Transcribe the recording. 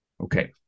Okay